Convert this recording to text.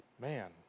Man